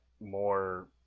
more